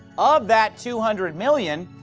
of that two hundred million,